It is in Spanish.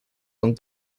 con